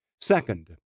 Second